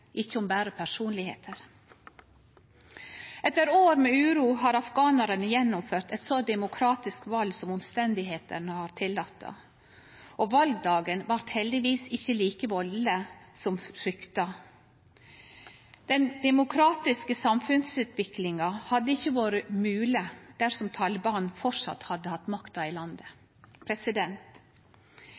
ikkje berre om personlegdomar. Etter år med uro har afghanarane gjennomført eit så demokratisk val som omstenda har tillate det, og valdagen vart heldigvis ikkje like valdeleg som frykta. Denne demokratiske samfunnsutviklinga hadde ikkje vore mogleg dersom Taliban fortsatt hadde hatt makta i landet.